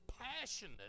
passionate